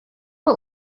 but